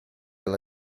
alla